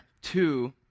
Two